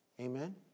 Amen